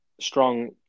Strong